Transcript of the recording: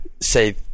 say